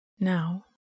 Now